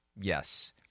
yes